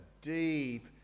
deep